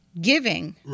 giving